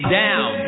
down